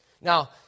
Now